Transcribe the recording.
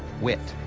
wit,